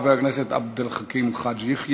חבר הכנסת עבד אל חכים חאג' יחיא,